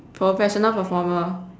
professional performer